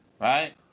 right